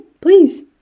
Please